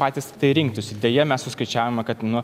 patys tai rinktųsi deja mes suskaičiavome kad nu